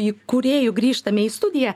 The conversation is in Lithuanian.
įkūrėjų grįžtame į studiją